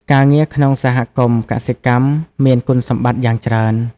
ការងារក្នុងសហគមន៍កសិកម្មមាន គុណសម្បត្តិ យ៉ាងច្រើន។